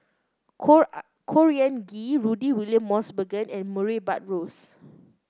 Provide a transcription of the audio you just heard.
Khor Khor Ean Ghee Rudy William Mosbergen and Murray Buttrose